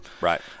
Right